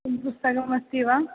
पुस्तकमस्ति वा